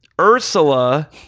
ursula